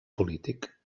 polític